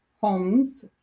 homes